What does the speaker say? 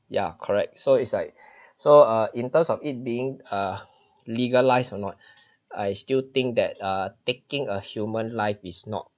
ya correct so it's like so uh in terms of it being uh legalized or not I still think that uh taking a human life is not